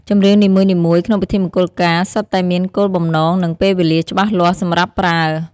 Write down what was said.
ចម្រៀងនីមួយៗក្នុងពិធីមង្គលការសុទ្ធតែមានគោលបំណង និងពេលវេលាច្បាស់លាស់សម្រាប់ប្រើ។